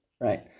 right